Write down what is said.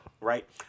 right